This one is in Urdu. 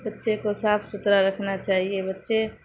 بچے کو صاف ستھرا رکھنا چاہیے بچے